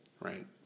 right